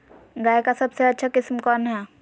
गाय का सबसे अच्छा किस्म कौन हैं?